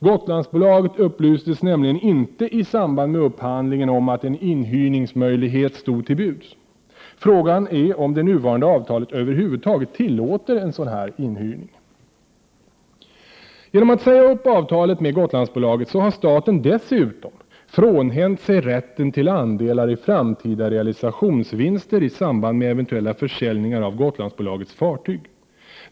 Gotlandsbolaget upplystes nämligen inte i samband med upphandlingen om att en inhyrningsmöjlighet stod till buds. Frågan är om en sådan inhyrning över huvud taget tillåts i det nuvarande avtalet. Genom att säga upp avtalet med Gotlandsbolaget har staten dessutom frånhänt sig rätten till andelar i framtida realisationsvinster i samband med eventuella försäljningar av Gotlandbolagets fartyg.